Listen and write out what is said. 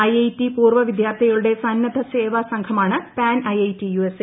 IIT പൂർവ്വ വിദ്യാർത്ഥികളുടെ സന്നദ്ധസേവക സംഘമാണ് പാൻ ഐഐടി യുഎസ്എ